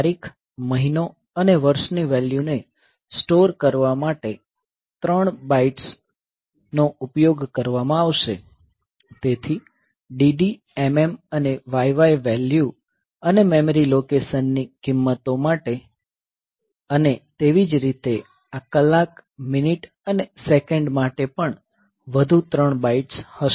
તારીખ મહિનો અને વર્ષની વેલ્યુને સ્ટોર કરવા માટે ત્રણ બાઇટ્સ નો ઉપયોગ કરવામાં આવશે તેથી dd mm અને yy વેલ્યુ અને મેમરી લોકેશનની કિંમતો માટે અને તેવી જ રીતે આ કલાક મિનિટ અને સેકન્ડ માટે પણ વધુ ત્રણ બાઇટ્સ હશે